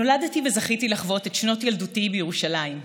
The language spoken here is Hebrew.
נולדתי וזכיתי לחוות את שנות ילדותי בירושלים.